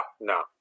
no